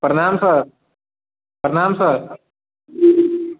प्रणाम सर प्रणाम सर